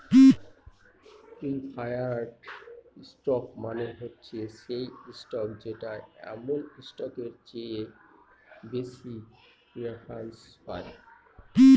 preferred stock মানে হচ্ছে সেই স্টক যেটা কমন স্টকের চেয়ে বেশি প্রিফারেন্স পায়